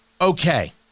okay